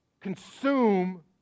consume